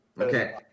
Okay